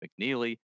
mcneely